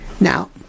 Now